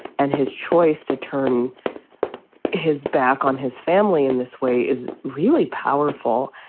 and his choice to turn his back on his family in this way is really powerful.